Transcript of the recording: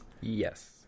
Yes